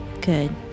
good